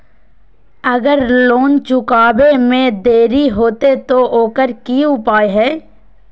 अगर लोन चुकावे में देरी होते तो ओकर की उपाय है?